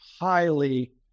highly